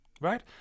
right